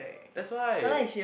that's why